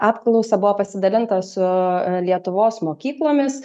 apklausa buvo pasidalinta su lietuvos mokyklomis